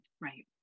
Right